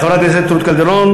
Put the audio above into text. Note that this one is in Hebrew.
לחברת הכנסת רות קלדרון.